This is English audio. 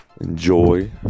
enjoy